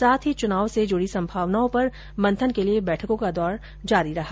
साथ ही चुनाव से जुड़ी संभावनाओं पर मंथन के लिये बैठकों का दौर जारी रहा